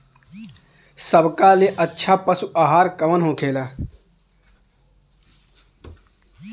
सबका ले अच्छा पशु आहार कवन होखेला?